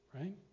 right